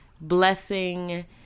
blessing